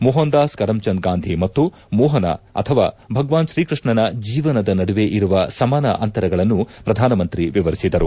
Mohan Das Karamchand Gandhi ಮತ್ತು ಮೋಹನ ಅಥವಾ ಭಗವಾನ್ ಶ್ರೀಕೃಷ್ಣನ ಜೀವನದ ನಡುವೆ ಇರುವ ಸಮಾನ ಅಂತರಗಳನ್ನು ಪ್ರಧಾನಮಂತ್ರಿ ವಿವರಿಸಿದರು